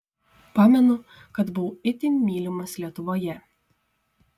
pamenu kad buvau itin mylimas lietuvoje